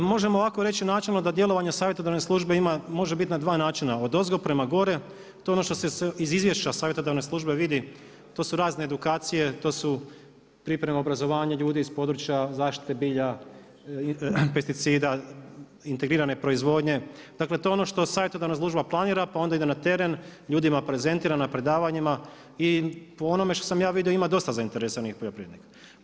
Možemo ovako reći načelno da djelovanje savjetodavne službe može biti na sva načina, odozdo prema gore, to je ono što se iz izvješća savjetodavne službe vidi, to su razne edukacije, to su priprema obrazovanja ljudi iz područja zaštite bilja, pesticida, integrirane proizvodnje, dakle to je ono što savjetodavna služba planira pa onda ide na teren, ljudima prezentira na predavanjima i po onome što sam aj vidio, ima dosta zainteresiranih poljoprivrednika.